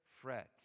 fret